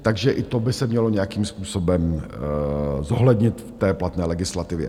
Takže i to by se mělo nějakým způsobem zohlednit v té platné legislativě.